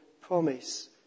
promise